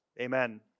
Amen